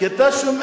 אתה צועק.